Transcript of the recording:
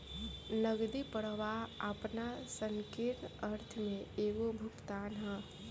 नगदी प्रवाह आपना संकीर्ण अर्थ में एगो भुगतान ह